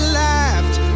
laughed